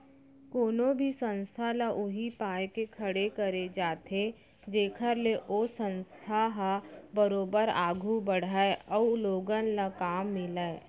कोनो भी संस्था ल उही पाय के खड़े करे जाथे जेखर ले ओ संस्था ह बरोबर आघू बड़हय अउ लोगन ल काम मिलय